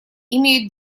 имеют